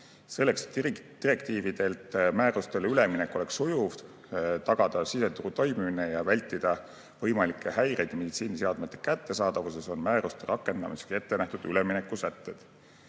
Selleks, et direktiividelt määrustele üleminek oleks sujuv, tagada siseturu toimimine ja vältida võimalikke häireid meditsiiniseadmete kättesaadavuses, on määruste rakendamiseks ette nähtud üleminekusätted.